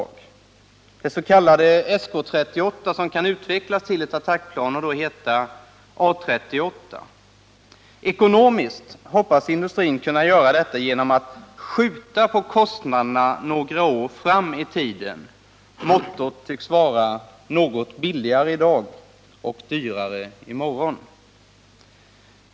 Jag syftar på det s.k. SK38-projektet som kan utvecklas till ett attackplan och som då skulle 87 heta A38. Ekonomiskt hoppas industrin kunna göra detta genom att skjuta på kostnaderna några år framåt i tiden. Mottot tycks vara: Något billigare i dag och dyrare i morgon.